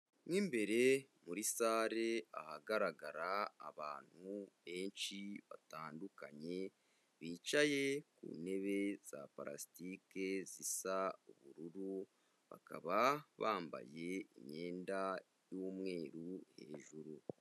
Mo imbere muri salle ahagaragara abantu benshi batandukanye, bicaye ku ntebe za parasitiki zisa ubururu, bakaba bambaye imyenda y'umweru hejuru.